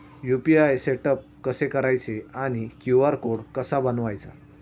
UPI setup कसे करायचे आणि क्यू.आर कोड कसा बनवायचा?